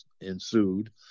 ensued